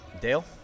Dale